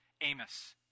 Amos